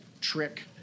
trick